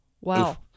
Wow